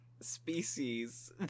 species